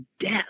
death